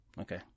okay